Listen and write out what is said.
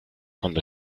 cuando